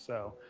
so,